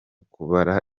kubara